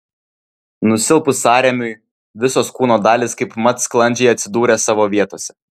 nusilpus sąrėmiui visos kūno dalys kaipmat sklandžiai atsidūrė savo vietose